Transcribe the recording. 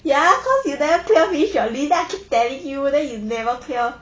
ya cause you never clear finish your leave then I keep telling you then you never clear